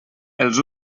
els